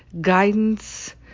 guidance